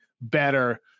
better